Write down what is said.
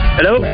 Hello